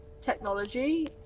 technology